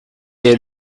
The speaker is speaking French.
est